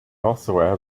also